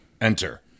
Enter